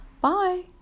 Bye